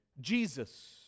Jesus